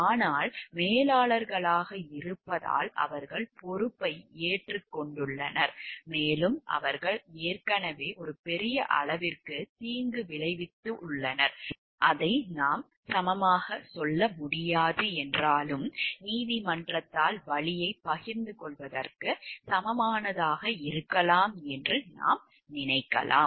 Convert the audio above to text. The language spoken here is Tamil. ஆனால் மேலாளர்களாக இருப்பதால் அவர்கள் பொறுப்பை ஏற்றுக்கொண்டுள்ளனர் மேலும் அவர்கள் ஏற்கனவே ஒரு பெரிய அளவிற்கு தீங்கு விளைவித்துள்ளனர் அதை நாம் சமமாகச் சொல்ல முடியாது என்றாலும் நீதிமன்றத்தால் வலியைப் பகிர்ந்து கொள்வதற்கு சமமானதாக இருக்கலாம் என்று நாம் நினைக்கலாம்